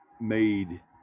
made